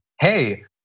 hey